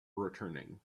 returning